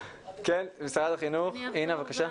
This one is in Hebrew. משרד החינוך, אינה, בבקשה.